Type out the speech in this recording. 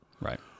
Right